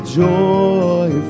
joy